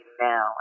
now